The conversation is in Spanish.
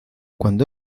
cuando